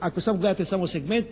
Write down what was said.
ako samo gledate, samo segment